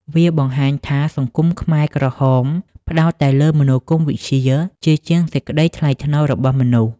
វាបង្ហាញថា សង្គមខ្មែរក្រហមផ្ដោតតែលើមនោគមវិជ្ជា ជាជាងសេចក្ដីថ្លៃថ្នូររបស់មនុស្ស។